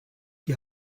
die